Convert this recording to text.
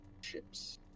ships